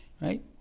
Right